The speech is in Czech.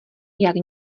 jak